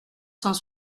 cent